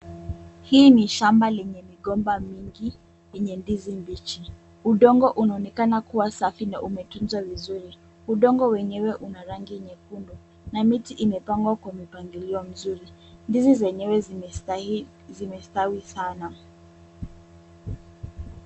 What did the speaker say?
Hii ni shamaba lenye migomba mingi, yenye ndizi mbichi. Udongo unaonekana kuwa safi, na umetunzwa vizuri. Udongo wenyewe una rangi nyekundu, na miti imepangwa kwa mpangilio mzuri. Ndizi zenyewe zimestawi sana.